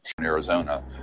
Arizona